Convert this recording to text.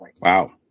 Wow